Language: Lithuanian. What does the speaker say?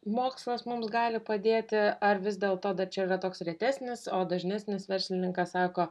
mokslas mums gali padėti ar vis dėlto dar čia yra toks retesnis o dažnesnis verslininkas sako